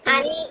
आणि